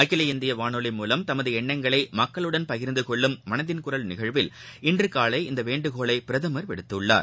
அகில இந்திய வானொவி மூலம் தமது எண்ணங்களை மக்களுடன் பகிர்ந்துகொள்ளும் மனதின் குரல் நிகழ்வில் இன்று காலை இந்த வேண்டுகோளை பிரதமர் விடுத்துள்ளார்